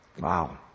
Wow